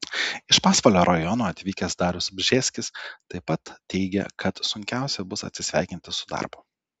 iš pasvalio rajono atvykęs darius bžėskis taip pat teigė kad sunkiausia bus atsisveikinti su darbu